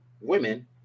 women